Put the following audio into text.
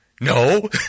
no